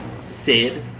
sid